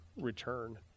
return